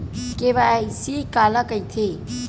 KYC काला कइथे?